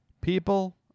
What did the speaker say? People